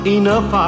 enough